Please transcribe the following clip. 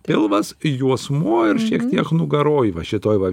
pilvas juosmuo ir šiek tiek nugaroj va šitoj va